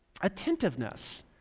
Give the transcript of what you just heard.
Attentiveness